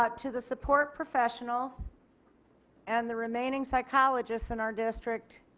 but to the support professionals and the remaining psychologists in our district.